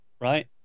right